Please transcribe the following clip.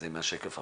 זה מהשקף האחרון.